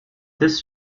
this